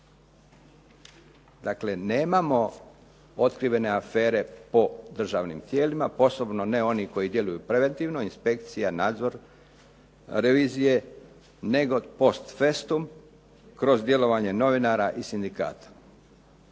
Dakle nemamo otkrivene afere po državnim tijelima, posebno ne oni koji djeluju preventivno, inspekcija, nadzor revizije, nego post festum kroz djelovanje novinara i sindikata.